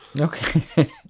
Okay